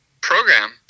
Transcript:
program